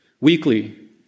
weekly